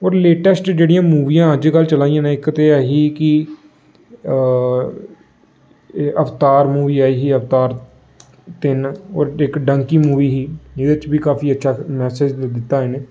होर लेटैस्ट जेह्ड़ियां मूवियां अज्जकल चलादियां ने इक ते अहें कि एह् अवतार मूवी आई ही अवतार तिन्न होर इक डंकी मूवी ही एह्दे च बी काफी अच्छा मैसेज दित्ता इ'नें